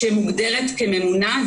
שמוגדרת כממונה.